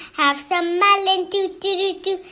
have some melon. doo doo doo doo